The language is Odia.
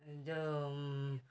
ଯେଉଁ